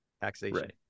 Taxation